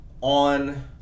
on